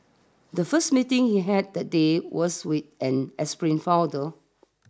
the first meeting he had that day was with an aspiring founder